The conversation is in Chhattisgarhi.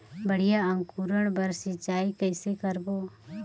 बढ़िया अंकुरण बर सिंचाई कइसे करबो?